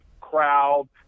crowd